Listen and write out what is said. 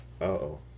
Uh-oh